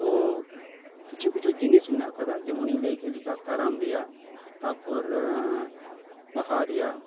ᱛᱚ ᱠᱤᱪᱷᱩ ᱠᱤᱪᱷᱩ ᱡᱤᱱᱤᱥ ᱢᱮᱱᱟᱜ ᱟᱠᱟᱫᱟ ᱡᱮᱢᱚᱱᱤᱧ ᱞᱟᱹᱭ ᱠᱮᱫ ᱞᱮᱠᱟ ᱠᱟᱨᱟᱢ ᱨᱮᱭᱟᱜ ᱛᱟᱯᱚᱨᱮᱻ ᱵᱟᱦᱟ ᱨᱮᱭᱟᱜ